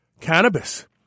cannabis